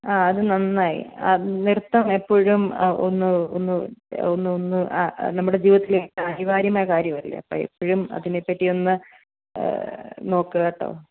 ആ അത് നന്നായി ആ നൃത്തം എപ്പോഴും ഒന്ന് ഒന്ന് ഒന്ന് ഒന്ന് ആ നമ്മുടെ ജീവിതത്തിലെ അനിവാര്യമായ കാര്യമല്ലേ അപ്പം എപ്പഴും അതിനെപ്പറ്റിയൊന്ന് നോക്കുക കേട്ടോ